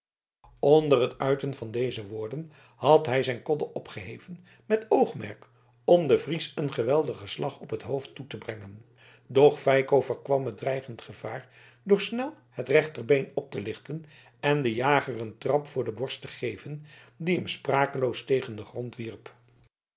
onder het uiten dezer woorden had hij zijn kodde opgeheven met oogmerk om den fries een geweldigen slag op het hoofd toe te brengen doch feiko voorkwam het dreigend gevaar door snel het rechterbeen op te lichten en den jager een trap voor de borst te geven die hem sprakeloos tegen den grond wierp